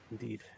Indeed